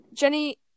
Jenny